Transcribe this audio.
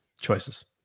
choices